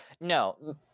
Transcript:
no